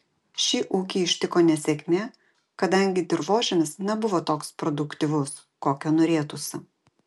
šį ūkį ištiko nesėkmė kadangi dirvožemis nebuvo toks produktyvus kokio norėtųsi